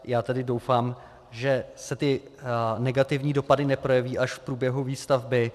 Já tedy doufám, že se ty negativní dopady neprojeví až v průběhu výstavby.